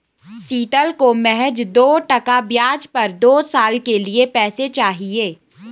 शीतल को महज दो टका ब्याज पर दो साल के लिए पैसे चाहिए